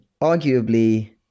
Arguably